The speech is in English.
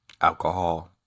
alcohol